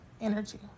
energy